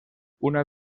una